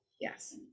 Yes